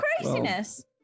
craziness